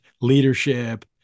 leadership